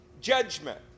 judgment